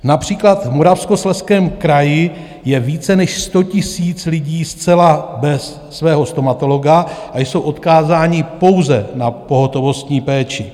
Například v Moravskoslezském kraji je více než 100 000 lidí zcela bez svého stomatologa a jsou odkázáni pouze na pohotovostní péči.